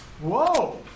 whoa